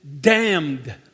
damned